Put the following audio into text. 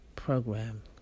program